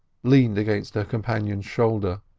leaned against her companion's shoulder